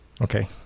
Okay